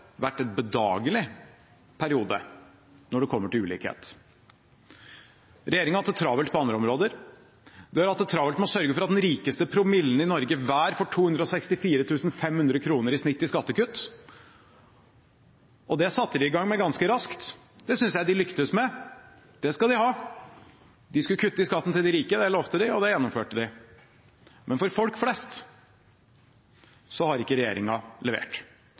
vært en bedagelig periode når det gjelder ulikhet. Regjeringen har hatt det travelt på andre områder. De har hatt det travelt med å sørge for at den rikeste promillen i Norge hver i snitt får 264 500 kr i skattekutt, og det satte de i gang med ganske raskt. Det synes jeg de lyktes med – det skal de ha. De skulle kutte i skatten til de rike. Det lovte de, og det gjennomførte de. Men for folk flest har ikke regjeringen levert.